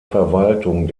verwaltung